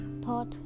thought